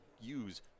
use